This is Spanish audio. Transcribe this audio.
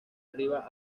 arriba